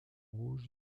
rouge